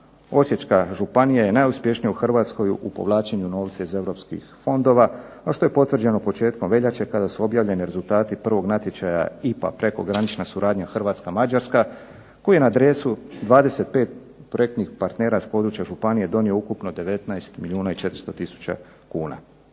Osječka županija je najuspješnija u Hrvatskoj u povlačenju novca iz Europskih fondova a što je potvrđeno početkom veljače kada su objavljeni rezultati prvog natječaja IPA Prekogranična suradnja Hrvatska – Mađarska koji je na adresu 25 projektnih partnera s područja županije donio ukupno 19 milijuna i 400 tisuća kuna.